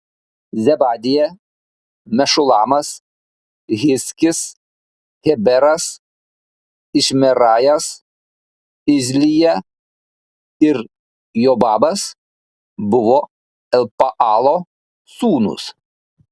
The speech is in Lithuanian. zebadija mešulamas hizkis heberas išmerajas izlija ir jobabas buvo elpaalo sūnūs